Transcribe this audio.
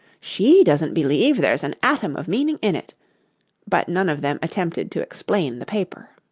she doesn't believe there's an atom of meaning in it but none of them attempted to explain the paper.